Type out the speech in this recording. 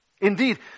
Indeed